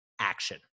action